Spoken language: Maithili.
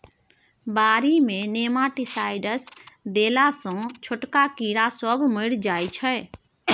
बारी मे नेमाटीसाइडस देला सँ छोटका कीड़ा सब मरि जाइ छै